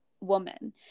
woman